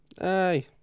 Aye